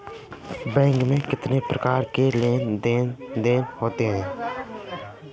Bank में कितनी प्रकार के लेन देन देन होते हैं?